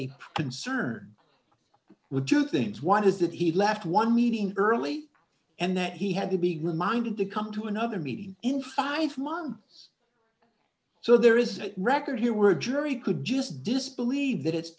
a concern with two things one is that he left one meeting early and that he had to be reminded to come to another meeting in five months so there is a record here were a jury could just disbelieve that it's